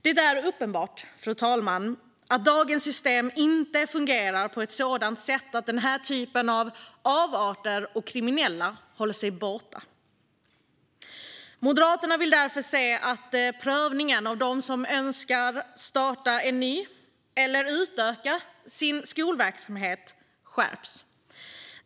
Det är uppenbart, fru talman, att dagens system inte fungerar på ett sådant sätt att den här typen av avarter och kriminella hålls borta. Moderaterna vill därför att prövningen av dem som önskar starta en ny skola eller utöka sin skolverksamhet skärps.